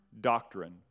doctrine